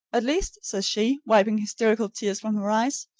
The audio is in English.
at least, says she, wiping hysterical tears from her eyes,